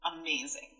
Amazing